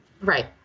Right